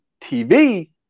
TV